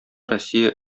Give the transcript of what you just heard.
россия